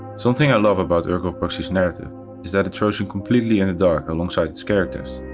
something i love about ergo proxy's narrative is that it throws you completely in the dark alongside its characters.